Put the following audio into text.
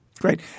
Great